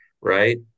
Right